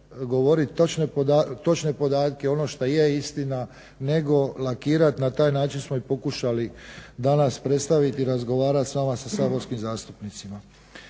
govoriti točne podatke ono šta je istina nego lakirati. Na taj način smo i pokušali danas predstaviti i razgovarati sa vama sa saborskim zastupnicima.